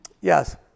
Yes